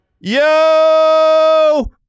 Yo